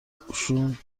اوشون